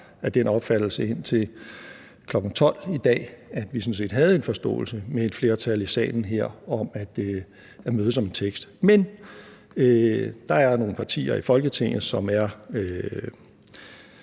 af den opfattelse indtil kl. 12.00 i dag, at vi sådan set havde en forståelse med et flertal i salen her om at mødes om en tekst, men der er nogle partier i Folketinget, som er